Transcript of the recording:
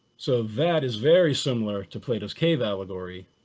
so that is very similar to plato's cave allegory.